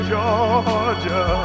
Georgia